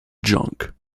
junk